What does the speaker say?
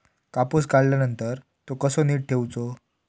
कापूस काढल्यानंतर तो कसो नीट ठेवूचो?